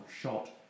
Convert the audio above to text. shot